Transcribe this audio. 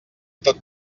tot